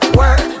work